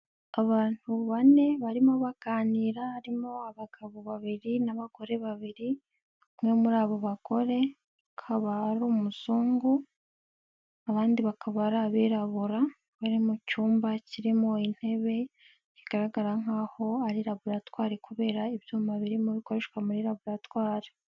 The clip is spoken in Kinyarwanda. Abantu bane barimo baganira, harimo abagabo babiri n'abagore babiri, umwe muri abo bagore kaba ari umuzungu, abandi bakaba ari abirabura, bari mu cyumba kirimo intebe kigaragara nk'aho ari laboratwali, kubera ibyuma birimo gukoreshwa muri laboratwari.